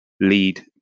lead